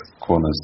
corners